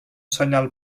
senyal